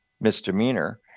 misdemeanor